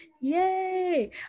Yay